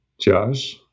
Josh